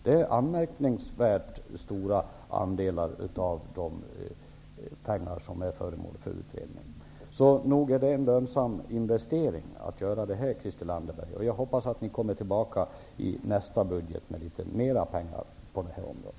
Det är anmärkningsvärt stora andelar av de pengar som är föremål för utredning. Så nog är det en lönsam investering, Christel Anderberg. Jag hoppas att ni kommer tillbaka i nästa budget med litet mer pengar på detta område.